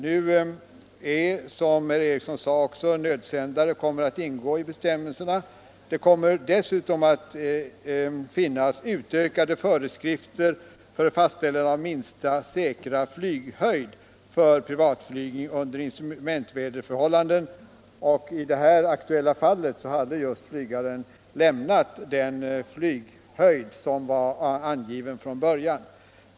Som herr Ericson sade kommer det nu bestämmelser om nödsändare. Det kommer dessutom att finnas skärpta föreskrifter för fastställande av minsta säkra flyghöjd för privatflygning under instrumentväderförhållanden. I det här aktuella fallet hade just flygaren lämnat den flyghöjd som var angiven från början.